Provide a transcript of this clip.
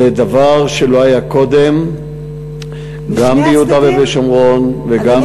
זה דבר שלא היה קודם, גם ביהודה ובשומרון, אדוני